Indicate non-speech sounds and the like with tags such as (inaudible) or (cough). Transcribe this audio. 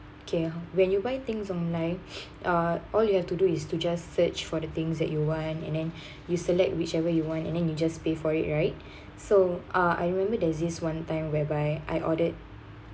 K when you buy things online (breath) uh all you have to do is to just search for the things that you want in and then (breath) you select whichever you want and then you just pay for it right (breath) so ah I remember there's this one time whereby I ordered